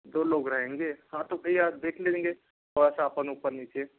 दो लोग रहेंगे हाँ तो भैया देख लेंगे थोड़ा सा अपन ऊपर नीचे